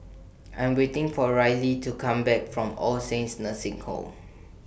I Am waiting For Rillie to Come Back from All Saints Nursing Home